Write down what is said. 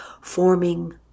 forming